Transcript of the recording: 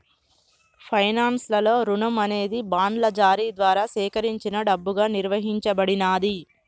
finance లలో రుణం అనేది బాండ్ల జారీ ద్వారా సేకరించిన డబ్బుగా నిర్వచించబడినాది